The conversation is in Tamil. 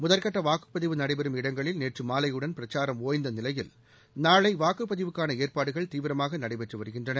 முதற்கட்ட வாக்குப்பதிவு நடைபெறும் இடங்களில் நேற்று மாலையுடன் பிரச்சாரம் ஒய்ந்த நிலையில் நாளை வாக்குப்பதிவுக்கான ஏற்பாடுகள் தீவிரமாக நடைபெற்று வருகின்றன